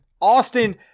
Austin